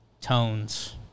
Tones